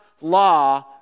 law